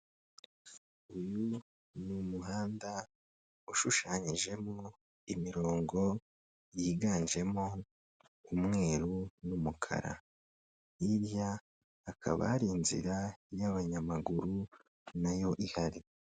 Uyu ni umuhanda ushushanyijemo imirongo yiganjemo umweru n'umukara, hirya hakaba hari inzira y'abanyamaguru nayo ihari.